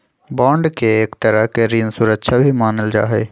bond के एक तरह के ऋण सुरक्षा भी मानल जा हई